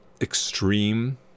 extreme